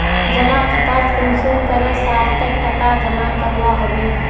जमा खातात कुंसम करे साल तक टका जमा करवा होबे?